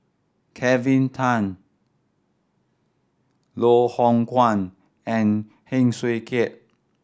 Kelvin Tan Loh Hoong Kwan and Heng Swee Keat